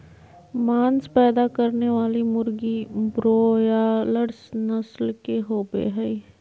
मांस पैदा करने वाली मुर्गी ब्रोआयालर्स नस्ल के होबे हइ